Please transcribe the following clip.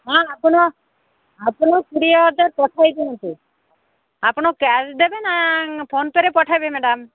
ହଁ ଆପଣ ଆପଣ କୋଡ଼ିଏ ହଜାର ପଠେଇ ଦିଅନ୍ତୁ ଆପଣ କ୍ୟାସ୍ ଦେବେ ନା ଫୋନ୍ ପେ'ରେ ପଠେଇବେ ମ୍ୟାଡ଼ାମ୍